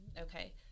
okay